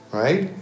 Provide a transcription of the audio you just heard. right